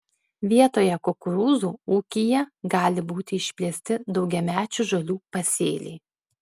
vietoje kukurūzų ūkyje gali būti išplėsti daugiamečių žolių pasėliai